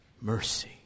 mercy